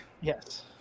Yes